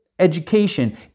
education